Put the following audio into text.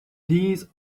these